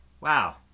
wow